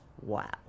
Wow